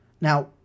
Now